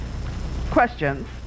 questions